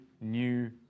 new